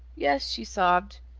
yes, she sobbed.